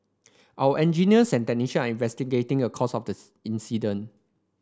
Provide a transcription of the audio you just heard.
our engineers and technicians are investigating the cause of the incident